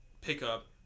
pickup